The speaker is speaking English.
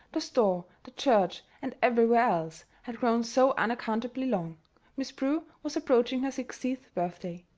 the store, the church, and everywhere else, had grown so unaccountably long miss prue was approaching her sixtieth birthday.